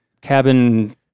cabin